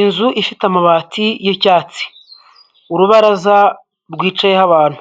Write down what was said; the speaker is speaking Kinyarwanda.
Inzu ifite amabati y'icyatsi. Urubaraza rwicayeho abantu